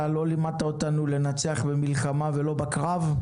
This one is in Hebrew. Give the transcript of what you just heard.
אתה לא לימדת אותנו לנצח במלחמה ולא בקרב.